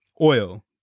oil